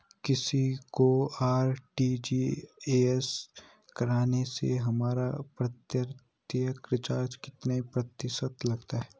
किसी को आर.टी.जी.एस करने से हमारा अतिरिक्त चार्ज कितने प्रतिशत लगता है?